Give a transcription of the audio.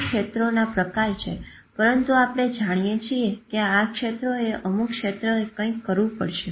આ ક્ષેત્રોના પ્રકાર છે પરંતુ આપણે જાણીએ છીએ કે આ ક્ષેત્રોએ અમુક ક્ષેત્રએ કંઈક કરવું પડશે